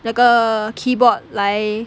那个 keyboard 来